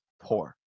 poor